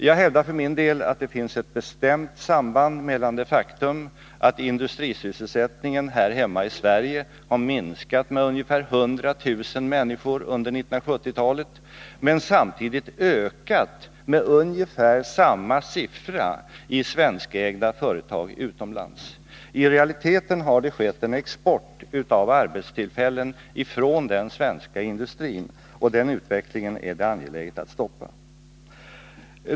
Jag hävdar för min del att det finns ett bestämt samband mellan det faktum att industrisysselsättningen här i Sverige har minskat med ungefär 100 000 människor under 1970-talet och att den samtidigt har ökat med ungefär lika många i svenskägda företag utomlands. I realiteten har det skett en export av arbetstillfällen ifrån den svenska industrin, och den utvecklingen är det angeläget att stoppa.